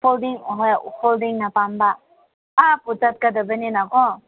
folding ꯍꯣꯏ ꯐꯣꯜꯗꯤꯡꯅ ꯄꯥꯝꯕ ꯑꯥ ꯐꯥꯎ ꯆꯠꯀꯗꯕꯅꯤꯅ ꯀꯣ